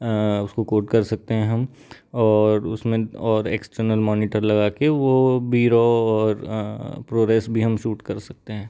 उसको कोड कर सकते हैं हम और उसमें और एक्सटर्नल मॉनिटर लगा कर वह बिरो और प्रोग्रेस भी हम सूट कर सकते हैं